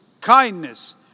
kindness